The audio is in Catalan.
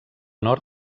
nord